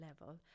level